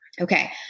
Okay